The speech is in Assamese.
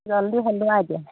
জল্ডি হ'লে আৰু এতিয়া